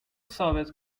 ثابت